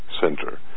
Center